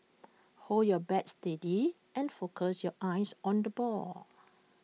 hold your bat steady and focus your eyes on the ball